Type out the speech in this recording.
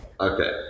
okay